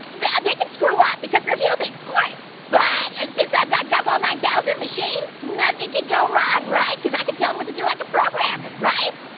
they can screw up because they're human, of course. but since i've got gumball nine thousand machine, nothing can go wrong, right, because i can tell him what to do, i can program him, right?